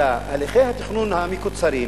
הליכי התכנון המקוצרים,